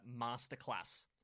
MasterClass